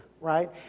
right